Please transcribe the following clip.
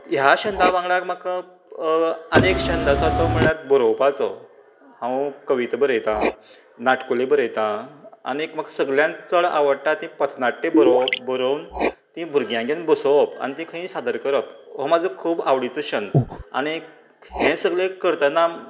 ह्या छंदा वांगडा म्हाका आनी एक छंद आसा तो म्हळ्यार बरोवपाचो हांव कविता बरयतां नाटकुलीं बरयतां आनीक म्हाका सगल्यान चड आवडटा ती पथनाट्यां बरोवप बरोवन तीं भुरग्यांक घेवन बसोवप आनी खंयूय सादर करप हो म्हजो खूब आवडीचो छंद आनीक हें सगलें करतना